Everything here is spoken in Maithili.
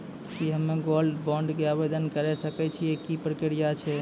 की हम्मय गोल्ड बॉन्ड के आवदेन करे सकय छियै, की प्रक्रिया छै?